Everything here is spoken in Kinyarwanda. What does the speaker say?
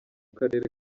karere